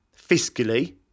fiscally